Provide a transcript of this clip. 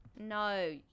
No